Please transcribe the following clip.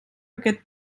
aquest